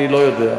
אני לא יודע,